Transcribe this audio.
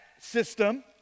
system